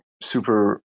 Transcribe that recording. super